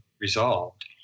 resolved